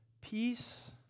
peace